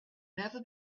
never